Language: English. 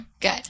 Good